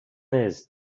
aise